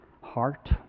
heart